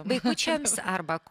vaikučiams arba